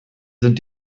sind